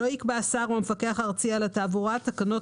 לא יקבע השר או המפקח הארצי על התעבורה תקנות